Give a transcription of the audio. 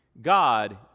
God